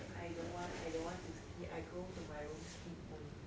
I don't want I don't want to see I go to my room sleep only